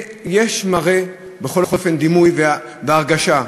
יש מראה, בכל אופן, דימוי והרגשה,